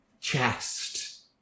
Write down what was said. chest